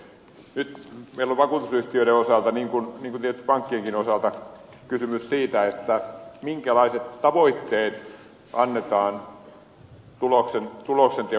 nyt meillä on vakuutusyhtiöiden osalta niin kuin tietysti pankkienkin osalta kysymys siitä minkälaiset tavoitteet annetaan tuloksenteon osalta